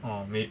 orh may~